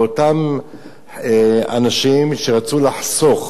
מאותם אנשים שרצו לחסוך,